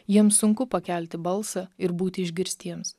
jiems sunku pakelti balsą ir būti išgirstiems